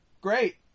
great